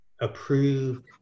approved